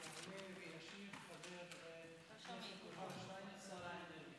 יעלה וישיב חבר הכנסת יובל שטייניץ, שר האנרגיה.